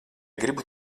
gribu